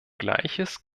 gleiches